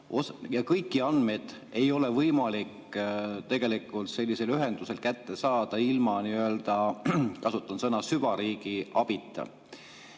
Kõiki andmeid ei ole võimalik tegelikult sellise ühendusega kätte saada ilma – kasutan seda sõna – süvariigi abita.